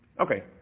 Okay